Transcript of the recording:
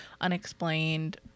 unexplained